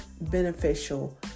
beneficial